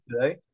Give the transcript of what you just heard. today